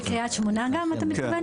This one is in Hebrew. בקריית שמונה גם אתה מתכוון?